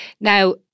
Now